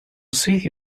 city